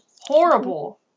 Horrible